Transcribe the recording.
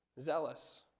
zealous